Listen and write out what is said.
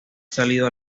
salido